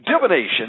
Divination